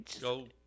go